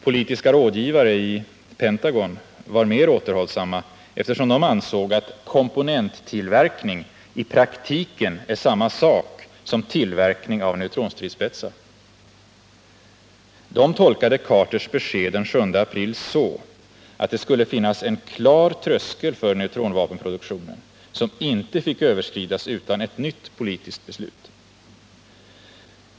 Politiska rådgivare i Pentagon var mer återhållsamma, eftersom de ansåg att komponenttillverkning i praktiken är detsamma som tillverkning av neutronstridsspetsar. De tolkade Carters besked den 7 april så, att det skulle finnas en klar tröskel för neutronvapenproduktionen, som inte fick överskridas utan ett nytt politiskt beslut.